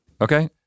Okay